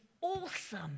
awesome